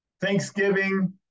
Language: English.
Thanksgiving